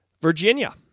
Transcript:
Virginia